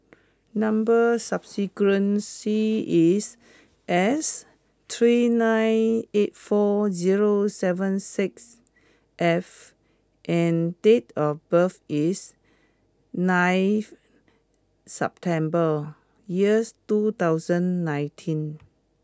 number sequence is S three nine eight four zero seven six F and date of birth is nine September years two thousand nineteen